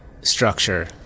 structure